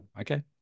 okay